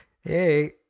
Hey